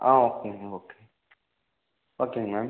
ஆ okay ma'am okay ஓகேங்க ma'am